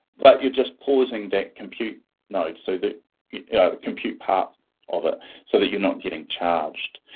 but you just pausing that compute node so that yeah compute part of it so that you're not getting charged.